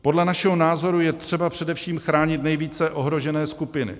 Podle našeho názoru je třeba především chránit nejvíce ohrožené skupiny.